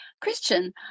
Christian